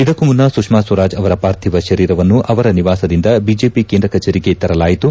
ಇದಕ್ಕೂ ಮುನ್ನ ಸುಷ್ಕಾ ಸ್ವರಾಜ್ ಅವರ ಪಾರ್ಥಿವ ಶರೀರವನ್ನು ಅವರ ನಿವಾಸದಿಂದ ಬಿಜೆಪಿ ಕೇಂದ್ರ ಕಚೇರಿಗೆ ತರಲಾಯಿತು